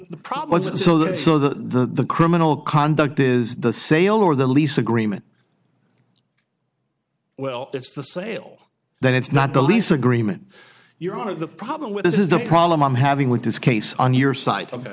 so the criminal conduct is the sale or the lease agreement well it's the sale then it's not the lease agreement your honor the problem with this is the problem i'm having with this case on your side o